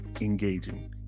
engaging